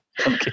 Okay